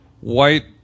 white